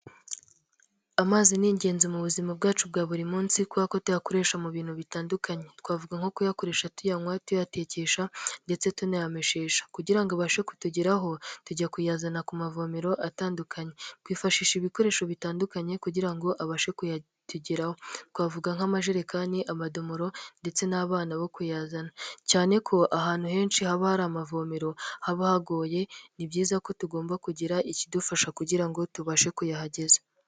Amazi ni ingenzi mu buzima bwacu bwa buri munsi kubera ko tuyakoresha mu bintu bitandukanye twavuga nko kuyakoresha tuyanywa tuyatekesha ndetse tunayameshesha kugira ngo abashe kutugeraho tujya kuyazana ku mavomero atandukanye twifashisha ibikoresho bitandukanye kugira ngo abashe kuyatugeraho twavuga nk'amajerekani amadomoro ndetse n'abana bo kuyazana cyane ko ahantu henshi haba hari amavomero haba hagoye ni byiza ko tugomba kugira ikidufasha kugira ngo tubashe kuyahageza.